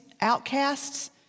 outcasts